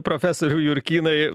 profesoriau jurkynai